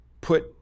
put